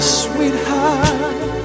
sweetheart